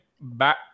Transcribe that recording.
back